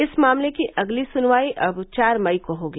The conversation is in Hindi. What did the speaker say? इस मामले की अगली सुनवाई अब चार मई को होगी